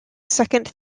second